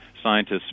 scientists